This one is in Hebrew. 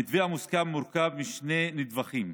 המתווה המוסכם מורכב משני נדבכים,